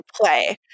play